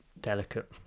delicate